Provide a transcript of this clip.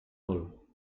vol